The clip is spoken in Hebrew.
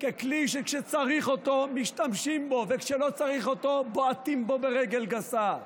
כלי שכשצריך אותו משתמשים בו וכשלא צריך אותו בועטים בו ברגל גסה,